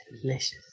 Delicious